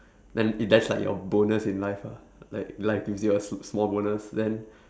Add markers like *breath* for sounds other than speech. *breath* then if that's like your bonus in life ah like life gives you a small bonus then